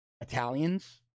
Italians